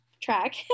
track